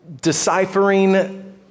deciphering